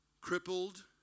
crippled